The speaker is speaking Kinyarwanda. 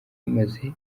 imaze